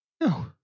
No